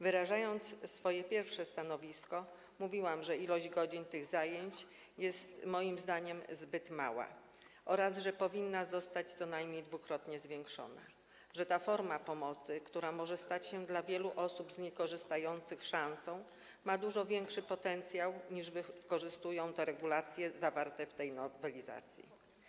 Wyrażając po raz pierwszy swoje stanowisko, mówiłam, że liczba godzin tych zajęć jest moim zdaniem zbyt mała oraz że powinna zostać co najmniej dwukrotnie zwiększona, że ta forma pomocy, która może stać się dla wielu osób z niej korzystających szansą, ma dużo większy potencjał, niż wykorzystują to regulacje zawarte w tej nowelizacji.